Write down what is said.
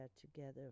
together